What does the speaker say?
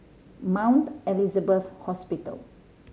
Mount Elizabeth Hospital